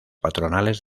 patronales